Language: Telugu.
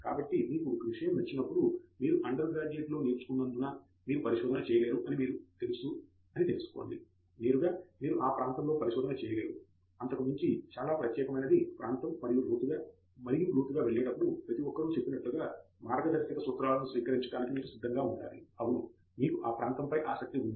కాబట్టి మీకు ఒక విషయం నచ్చినప్పుడు మీరు అండర్ గ్రాడ్యుయేట్ లో నేర్చుకున్నందున మీరు పరిశోధన చేయలేరు అని మీకు తెలుసు అని తెలుసుకోండి నేరుగా మీరు ఆ ప్రాంతంలో పరిశోధన చేయలేరు అంతకు మించి చాలా ప్రత్యేకమైనది ప్రాంతం మరింత లోతుగా మరియు లోతుగా వెళ్ళేటప్పుడు ప్రతి ఒక్కరూ చెప్పినట్లుగా మార్గదర్శక సూత్రాలను స్వీకరించటానికి మీరు సిద్ధంగా ఉండాలి అవును మీకు ఆ ప్రాంతంపై ఆసక్తి ఉంది